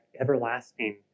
everlasting